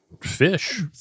Fish